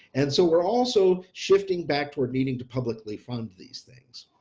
and so we're also shifting back toward needing to publicly fund these things.